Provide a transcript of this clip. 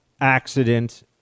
accident